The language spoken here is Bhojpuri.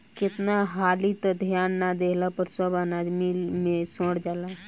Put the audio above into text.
केतना हाली त ध्यान ना देहला पर सब अनाज मिल मे सड़ जाला